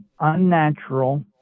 unnatural